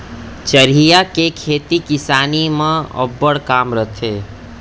चरिहा के खेती किसानी म अब्बड़ काम रथे